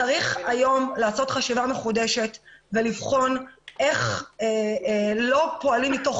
צריך היום לעשות חשיבה מחודשת ולבחון איך לא פועלים מתוך